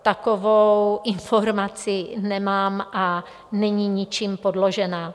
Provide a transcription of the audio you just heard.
Takovou informaci nemám a není ničím podložena.